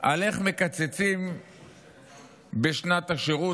על איך מקצצים בשנת השירות,